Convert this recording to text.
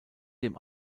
dem